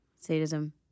Sadism